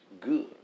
good